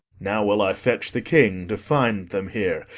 now will i fetch the king to find them here,